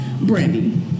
Brandy